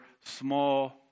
small